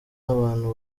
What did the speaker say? abantu